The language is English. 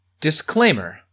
disclaimer